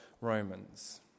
Romans